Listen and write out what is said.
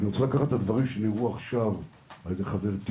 אני רוצה לקחת את הדברים שנאמרו עכשיו על ידי חברתי